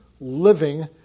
living